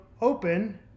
open